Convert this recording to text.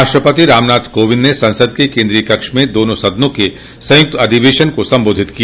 राष्ट्रपति रामनाथ कोविंद ने संसद के केन्द्रीय कक्ष में दोनों सदनों के संयुक्त अधिवेशन को संबोधित किया